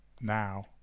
now